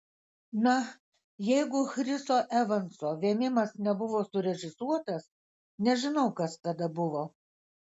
na jeigu chriso evanso vėmimas nebuvo surežisuotas nežinau kas tada buvo